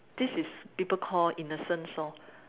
this is people call innocence lor